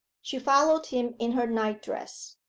she followed him in her nightdress.